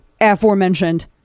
aforementioned